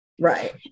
Right